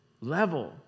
level